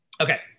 Okay